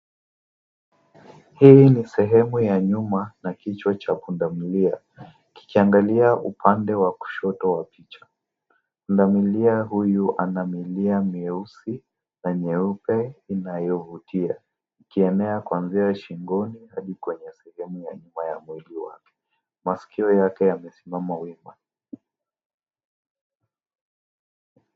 Hii ni sehemu ya nyuma, ya kichwa cha pundamilia, kikiangalia upande wa kushoto wa picha. Punamilia huyu ana milia mieusi na nyeupe inayovutia. Ikienea kuanzia shingoni hadi kwenye sehemu ya nyuma ya mwili wake. Maskio yake yamesimama wima.